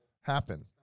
happen